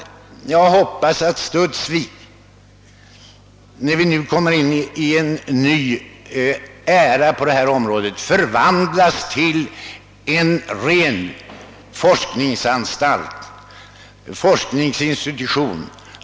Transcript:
Jag hoppas först och främst att Studsvik, när vi nu kommer in i en ny era på detta område, förvandlas till en ren forskningsinstitution.